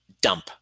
dump